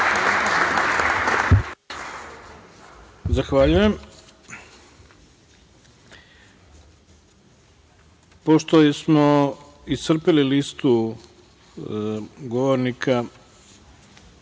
Zahvaljujem. Pošto smo iscrpeli listu govornika